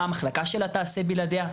מה המחלקה שלה תעשה בלעדיה?